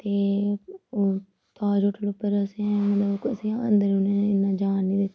ते ओह् ताज होटल उप्पर असें मतलब असें अंदर उनें इन्ना जान नेईं दित्ता